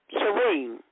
serene